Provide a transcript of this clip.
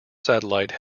satellite